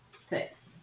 Six